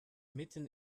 mitten